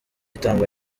itangwa